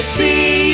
see